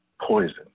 poison